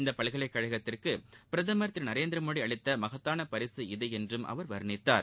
இந்த பல்கலைக்கழகத்துக்கு பிரதமர் திரு நரேந்திரமோடி அளித்த மகத்தான பரிசு இது என்றும் அவர் வர்ணித்தார்